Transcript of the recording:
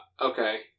okay